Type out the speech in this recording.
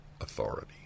authority